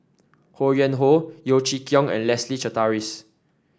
Ho Yuen Hoe Yeo Chee Kiong and Leslie Charteris